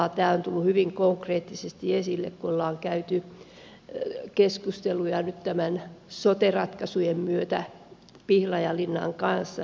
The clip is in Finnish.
tämä on tullut hyvin konkreettisesti esille kun ollaan käyty keskusteluja nyt näiden sote ratkaisujen myötä pihlajalinnan kanssa